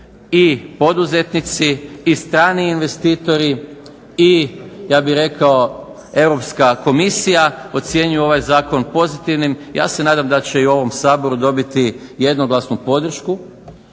i poduzetnici i strani investitori i ja bih rekao Europska komisija ocjenjuju ovaj zakon pozitivnim. Ja se nadam da će i u ovom Saboru dobiti jednoglasnu podršku